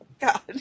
God